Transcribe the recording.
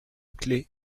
clef